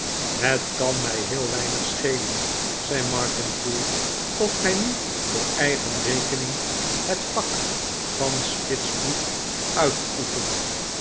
het kan mij heel weinig schelen zei martin koel of gij nu voor eigen rekening het vak van spitsboef uitoefent